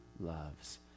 loves